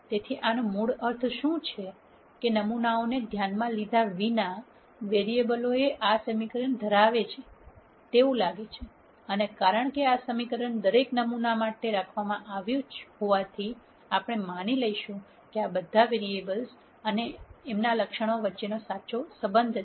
તેથી આનો મૂળ અર્થ શું છે નમૂનાને ધ્યાનમાં લીધા વિના વેરીએબલો આ સમીકરણ ધરાવે છે તેવું લાગે છે અને કારણ કે આ સમીકરણ દરેક નમૂના માટે રાખવામાં આવ્યું હોવાથી આપણે માની લઈશું કે આ બધા વેરીએબલ અથવા લક્ષણ વચ્ચેનો સાચો સંબંધ છે